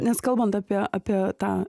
nes kalbant apie apie tą